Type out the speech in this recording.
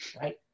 Right